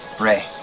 Ray